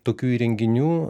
tokių įrenginių